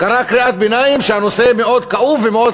קרא קריאת ביניים שהנושא מאוד כאוב ומאוד